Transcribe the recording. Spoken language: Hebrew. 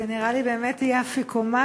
זה נראה לי באמת יהיה אפיקומן,